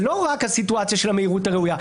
זה לא רק הסיטואציה של המהירות הראויה,